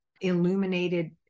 illuminated